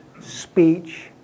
speech